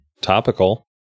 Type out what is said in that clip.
topical